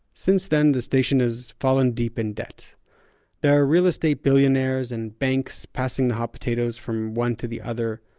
since then, the station has fallen deep in debt there are real estate billionaires and banks passing the hot potato from one to the other,